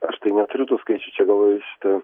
aš tai neturiu tų skaičių čia gal šita